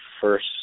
first